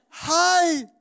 hi